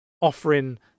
offering